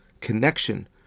connection